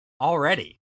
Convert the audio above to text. already